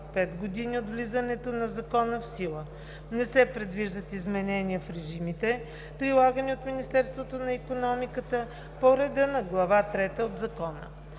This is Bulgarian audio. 5 години от влизането на Закона в сила. Не се предвиждат изменения в режимите, прилагани от Министерството на икономиката по реда на Глава трета от Закона.